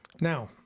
now